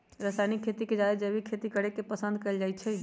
रासायनिक खेती से जादे जैविक खेती करे के पसंद कएल जाई छई